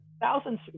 thousands